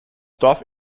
dorf